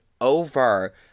over